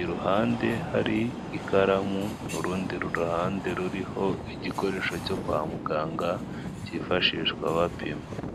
Iruhande hari ikaramu, urundi ruhande ruriho igikoresho cyo kwa muganga cyifashishwa bapima.